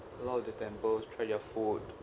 a lot of the temples try their food